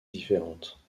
différentes